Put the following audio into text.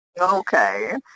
okay